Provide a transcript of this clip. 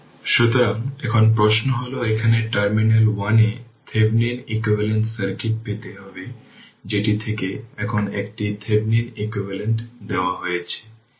সুতরাং এখন প্রশ্ন হল এটা কিভাবে করা যায় একইভাবে নর্টনের শর্ট সার্কিট সমস্যায় জন্যও কিছুই বলা হয়নি